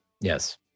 Yes